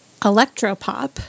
electropop